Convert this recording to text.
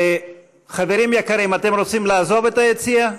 חברים יקרים, אתם רוצים לעזוב את היציע?